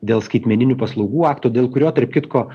dėl skaitmeninių paslaugų akto dėl kurio tarp kitko